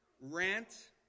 rant